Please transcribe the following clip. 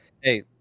Hey